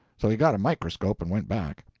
so he got a microscope and went back.